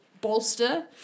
bolster